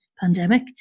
pandemic